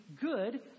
good